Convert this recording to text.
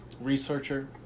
researcher